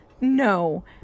No